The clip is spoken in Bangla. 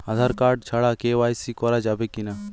আঁধার কার্ড ছাড়া কে.ওয়াই.সি করা যাবে কি না?